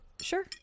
Sure